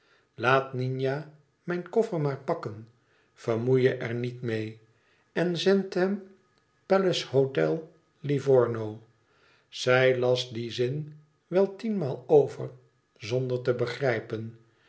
laat nina mijn koffer maar pakken vermoei je er niet mee en zend hem palace hotel livorno zij las dien zin wel tienmaal over zonder te begrijpen